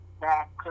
back